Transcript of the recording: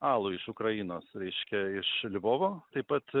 alų iš ukrainos reiškia iš lvovo taip pat